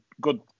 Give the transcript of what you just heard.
good